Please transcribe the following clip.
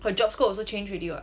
her job scope also change already [what]